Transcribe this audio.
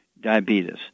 diabetes